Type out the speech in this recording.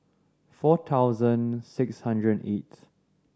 four thousand six hundred and eighth